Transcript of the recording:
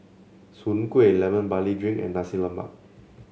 Soon Kueh Lemon Barley Drink and Nasi Lemak